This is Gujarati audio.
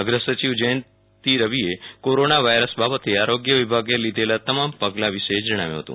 અગ્રસચિવ જયંતિ રવિએ કોરોના વાયરસ બાબતે આરોગ્ય વિભાગે લીધેલા તમામ પગલાં વિશે જણાવ્યું હતું